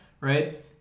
Right